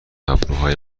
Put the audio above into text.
ابروهای